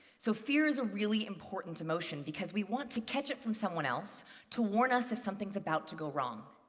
so, fear is a really important emotion because we want to catch it from someone else to warn us if something is about to go wrong.